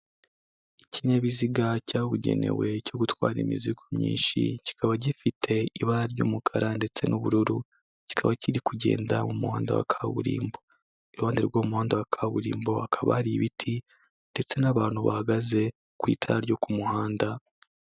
Ikinyabiziga cyabugenewe cyo gutwara imizigo myinshi, kikaba gifite ibara ry'umukara ndetse n'ubururu, kikaba kiri kugenda mu muhanda wa kaburimbo, iruhande rw'uwo muhanda wa kaburimbo hakaba hari ibiti ndetse n'abantu bahagaze ku itara ryo ku muhanda.